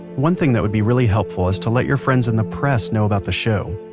one thing that would be really helpful is to let your friends in the press know about the show.